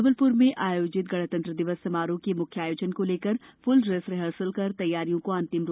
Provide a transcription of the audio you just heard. जबलप्र में आयोजित गणतंत्र दिवस समारोह के म्ख्य आयोजन को लेकर फ्ल ड्रेस रिहर्सल कर तैयारियों को अंतिम रूप दिया गया